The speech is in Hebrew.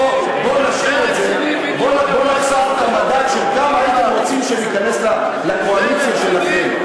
בוא נחשוף את המדד של כמה הייתם רוצים שניכנס לקואליציה שלכם.